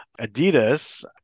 Adidas